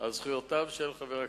על זכויותיו של חבר הכנסת.